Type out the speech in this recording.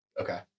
okay